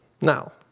Now